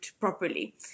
properly